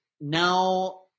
now